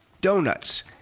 donuts